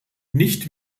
nicht